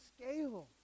scale